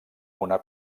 una